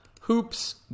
Hoops